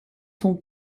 sont